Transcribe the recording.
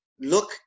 look